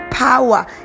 Power